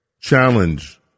challenge